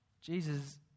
Jesus